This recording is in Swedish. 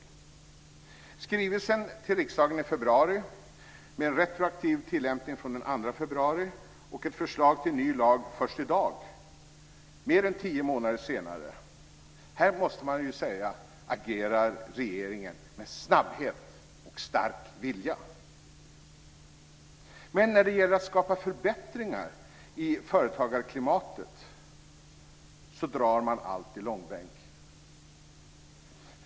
När det gäller skrivelsen till riksdagen i februari med en retroaktiv tillämpning från den 2 februari och ett förslag till ny lag först i dag, mer än tio månader senare, måste man säga att här agerar regeringen med snabbhet och stark vilja. Men när det gäller att skapa förbättringar i företagarklimatet drar man allt i långbänk.